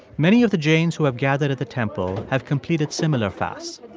many of the jains who have gathered at the temple have completed similar fasts.